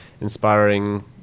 inspiring